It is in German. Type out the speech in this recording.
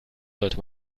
sollte